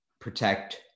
protect